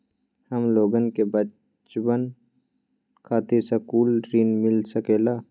हमलोगन के बचवन खातीर सकलू ऋण मिल सकेला?